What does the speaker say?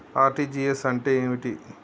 RTGS అంటే ఏమిటి?